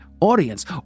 audience